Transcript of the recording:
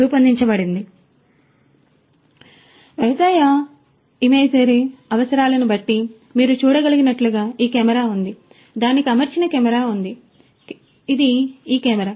కాబట్టి వ్యవసాయ ఇమేజరీ అవసరాలు కాబట్టి మీరు చూడగలిగినట్లుగా ఈ కెమెరా ఉంది దానికి అమర్చిన కెమెరా ఉంది ఇది ఈ కెమెరా